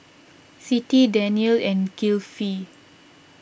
Siti Daniel and Kilfi